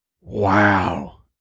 Wow